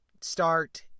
start